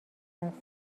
است